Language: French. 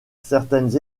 certaines